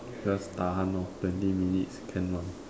just Tahan lor twenty minutes can one